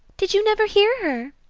did you never hear